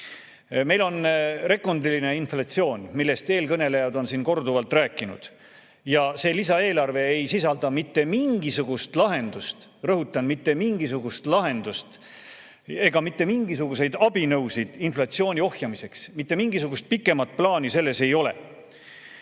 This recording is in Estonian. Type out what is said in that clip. on rekordiline inflatsioon, millest eelkõnelejad on siin korduvalt rääkinud. Aga see lisaeelarve ei sisalda mitte mingisugust lahendust – rõhutan: mitte mingisugust lahendust – ega mitte mingisuguseid abinõusid inflatsiooni ohjamiseks, mitte mingisugust pikemat plaani selles ei ole.